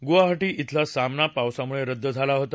गुवाहाी इथला सामना पावसामुळे रद्द झाला होता